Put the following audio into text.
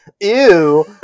Ew